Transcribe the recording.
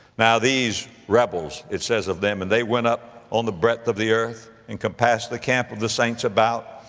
now these rebels, it says of them, and they went up on the breadth of the earth, and compassed the camp of the saints about,